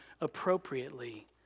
appropriately